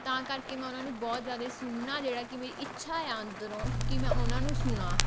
ਤਾਂ ਕਰਕੇ ਮੈਂ ਉਹਨਾਂ ਨੂੰ ਬਹੁਤ ਜ਼ਿਆਦਾ ਸੁਣਨਾ ਜਿਹੜਾ ਕਿ ਮੇਰੀ ਇੱਛਾ ਆ ਅੰਦਰੋਂ ਕਿ ਮੈਂ ਉਹਨਾਂ ਨੂੰ ਸੁਣਾ